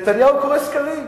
נתניהו קורא סקרים.